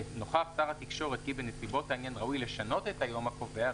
ו"נוכח שר התקשורת כי בנסיבות העניין ראוי לשנות את היום הקובע,